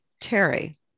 Terry